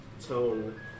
tone